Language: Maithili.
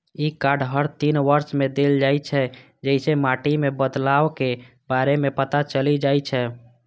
ई कार्ड हर तीन वर्ष मे देल जाइ छै, जइसे माटि मे बदलावक बारे मे पता चलि जाइ छै